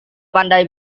pandai